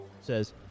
says